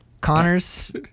Connor's